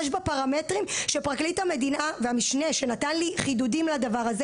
יש בה פרמטרים שפרקליט המדינה והמשנה שנתן לי חידודים לדבר הזה,